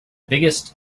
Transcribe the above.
biggest